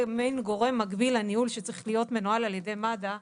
מעין גורם מקביל לניהול שצריך להיות מנוהל על ידי מד"א,